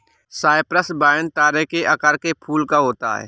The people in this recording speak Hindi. साइप्रस वाइन तारे के आकार के फूल होता है